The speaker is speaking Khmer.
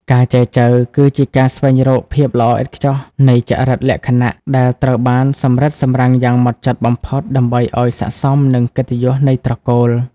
ការចែចូវគឺជាការស្វែងរក "ភាពល្អឥតខ្ចោះនៃចរិតលក្ខណៈ" ដែលត្រូវបានសម្រិតសម្រាំងយ៉ាងហ្មត់ចត់បំផុត ដើម្បីឱ្យស័ក្តិសមនឹងកិត្តិយសនៃត្រកូល។